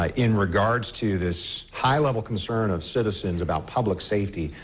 ah in regards to this high level concern of citizens about public safety.